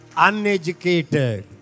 uneducated